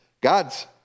God's